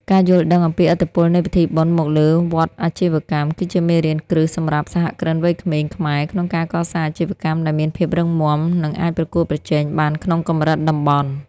ការយល់ដឹងអំពីឥទ្ធិពលនៃពិធីបុណ្យមកលើវដ្តអាជីវកម្ម គឺជាមេរៀនគ្រឹះសម្រាប់សហគ្រិនវ័យក្មេងខ្មែរ ក្នុងការកសាងអាជីវកម្មដែលមានភាពរឹងមាំ និងអាចប្រកួតប្រជែងបានក្នុងកម្រិតតំបន់។